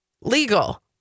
legal